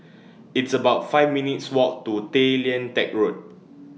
It's about five minutes' Walk to Tay Lian Teck Road